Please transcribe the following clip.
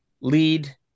lead